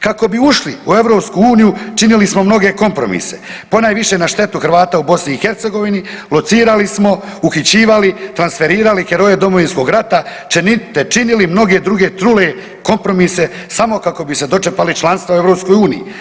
Kako bi ušli u EU činili smo mnoge kompromise, ponajviše na štetu Hrvata u BiH, locirali smo, uhićivali i tansferirali heroje Domovinskog rata, te činili mnoge druge trule kompromise samo kako bi se dočepali članstva u EU.